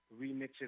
remixes